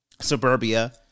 suburbia